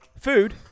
Food